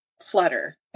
flutter